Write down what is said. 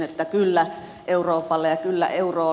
että kyllä euroopalle ja kyllä eurolle